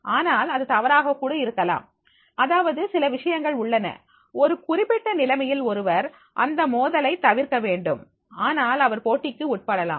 ஆனால் அது தவறாக கூட இருக்கலாம் அதாவது சில விஷயங்கள் உள்ளன ஒரு குறிப்பிட்ட நிலைமையில் ஒருவர் அந்த மோதலை தவிர்க்க வேண்டும் ஆனால் அவர் போட்டிக்கு உட்படலாம்